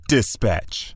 Dispatch